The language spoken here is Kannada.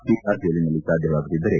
ತಿಹಾರ್ ಜೈಲಿನಲ್ಲಿ ಸಾಧ್ಯವಾಗದಿದ್ದರೆ